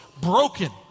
broken